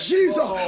Jesus